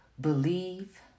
believe